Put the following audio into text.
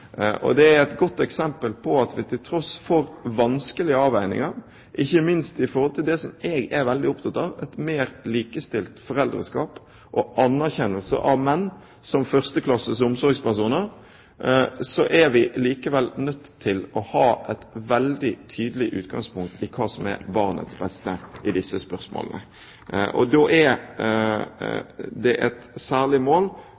bosted. Det er et godt eksempel på at vi til tross for vanskelige avveininger, ikke minst i forhold til det som jeg er veldig opptatt av, nemlig et mer likestilt foreldreskap og anerkjennelse av menn som førsteklasses omsorgspersoner, likevel er nødt til å ha et veldig tydelig utgangspunkt i hva som er barnets beste i disse spørsmålene. Og da er det et særlig mål